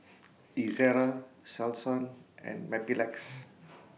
Ezerra Selsun and Mepilex